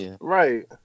right